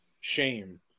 shame